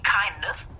kindness